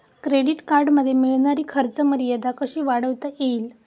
Credit कार्डमध्ये मिळणारी खर्च मर्यादा कशी वाढवता येईल?